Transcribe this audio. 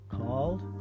called